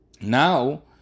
Now